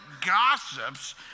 gossips